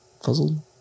fuzzled